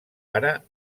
ara